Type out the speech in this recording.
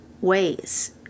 ways